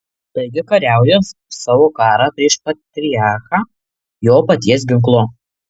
taigi kariauja savo karą prieš patriarchą jo paties ginklu